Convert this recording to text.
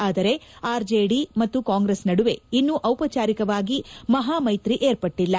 ಆದರೆ ಆರ್ಜೆಡಿ ಮತ್ತು ಕಾಂಗ್ರೆಸ್ ನಡುವೆ ಇನ್ನೂ ಔಪಚಾರಿಕವಾಗಿ ಮಹಾಮ್ನೆತ್ರಿ ಏರ್ಪಟ್ಲಲ್ಲ